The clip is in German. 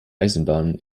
eisenbahn